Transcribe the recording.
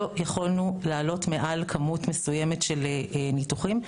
יכולנו לעלות מעל כמות מסוימת של ניתוחים.